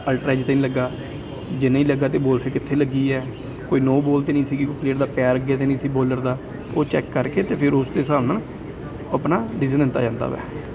ultra edge ਤਾਂ ਨਹੀਂ ਲੱਗਾ ਜੇ ਨਹੀਂ ਲੱਗਾ ਤਾਂ ਬੋਲ ਫਿਰ ਕਿੱਥੇ ਲੱਗੀ ਹੈ ਕੋਈ ਨੋ ਬੋਲ ਤਾਂ ਨਹੀਂ ਸੀਗੀ ਕੋਈ ਪਲੇਅਰ ਦਾ ਪੈਰ ਅੱਗੇ ਤਾਂ ਨਹੀਂ ਸੀ ਬੋਲਰ ਦਾ ਉਹ ਚੈੱਕ ਕਰ ਕੇ ਅਤੇ ਫਿਰ ਉਸ ਦੇ ਹਿਸਾਬ ਨਾਲ ਆਪਣਾ ਡਸੀਜ਼ਨ ਲਿੱਤਾ ਜਾਂਦਾ ਹੈ